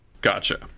gotcha